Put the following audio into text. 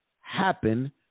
happen